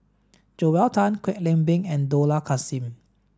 Joel Tan Kwek Leng Beng and Dollah Kassim